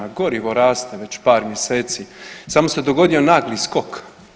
Gorivo raste već par mjeseci, samo se dogodio nagli skok.